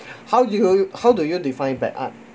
how d'you how do you define bad art